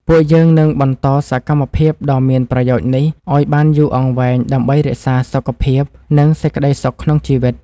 ពួកយើងនឹងបន្តសកម្មភាពដ៏មានប្រយោជន៍នេះឱ្យបានយូរអង្វែងដើម្បីរក្សាសុខភាព និងសេចក្តីសុខក្នុងជីវិត។